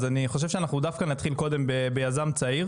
אז אני חושב שאנחנו דווקא נתחיל קודם ביזם צעיר